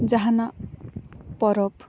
ᱡᱟᱦᱟᱱᱟᱜ ᱯᱚᱨᱚᱵᱽ